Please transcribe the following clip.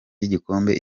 y’igikombe